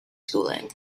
schooling